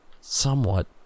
Somewhat